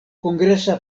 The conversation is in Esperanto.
kongresa